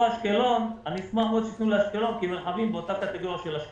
יש שני ישובים בתוך המפה שמשום מה לא מקבלים במשך שנים,